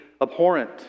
abhorrent